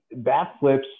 backflips